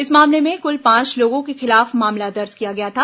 इस मामले में कुल पांच लोगों के खिलाफ मामला दर्ज किया गया था